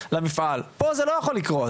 למפעל ופה זה לא יכול לקרות.